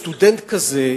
סטודנט כזה,